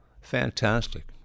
fantastic